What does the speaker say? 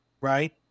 right